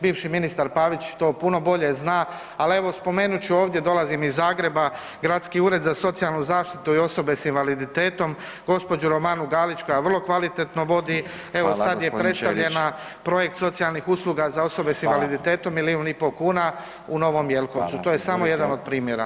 Bivši ministar Pavić to puno bolje zna, al evo spomenut ću ovdje, dolazim iz Zagreba, Gradski ured za socijalnu zaštitu i osobe s invaliditetom, gđu. Romanu Galić koja vrlo kvalitetno vodi [[Upadica: Fala g. Ćelić]] evo sad je predstavljena projekt socijalnih usluga za osobe s invaliditetom milijun i po kuna u Novom Jelkovcu [[Upadica: Fala]] To je samo jedan od primjera.